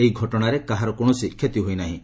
ଏହି ଘଟଣାରେ କାହାର କୌଣସି କ୍ଷତି ହୋଇନାହିଁ